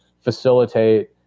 facilitate